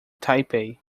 taipei